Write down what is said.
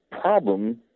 problem